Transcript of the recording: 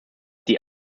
die